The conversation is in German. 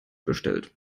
bestellt